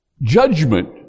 judgment